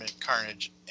Carnage